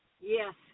yes